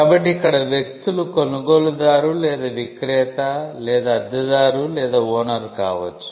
కాబట్టి ఇక్కడ వ్యక్తులు కొనుగోలుదారు లేదా విక్రేత లేదా అద్దెదారు లేదా ఓనర్ కావచ్చు